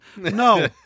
no